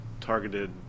targeted